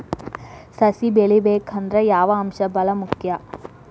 ಸಸಿ ಬೆಳಿಬೇಕಂದ್ರ ಯಾವ ಅಂಶ ಭಾಳ ಮುಖ್ಯ?